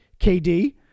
KD